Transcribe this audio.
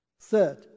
Third